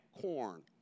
corn